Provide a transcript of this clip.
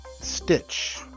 Stitch